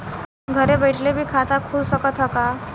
घरे बइठले भी खाता खुल सकत ह का?